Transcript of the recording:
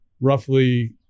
roughly